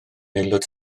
aelod